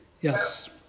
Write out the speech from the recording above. Yes